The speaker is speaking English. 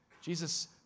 Jesus